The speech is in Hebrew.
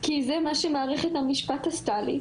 כי זה מה שמערכת המשפט עשתה לי.